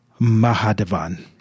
Mahadevan